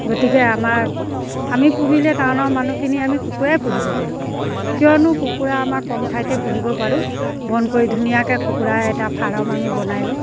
গতিকে আমাৰ আমি পুহিলে টাউনৰ মানুহখিনি আমি কুকুৰাই পুহিব পাৰোঁ কিয়নো কুকুৰা আমাৰ কম ঠাইতে পুহিব পাৰোঁ বন্ধ কৰি ধুনীয়াকৈ কুকুৰা এটা ফাৰ্ম আমি বনাই লওঁ